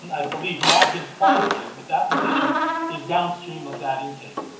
i believe, not been finalized, but that position is downstream of that intake,